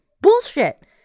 bullshit